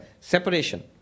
separation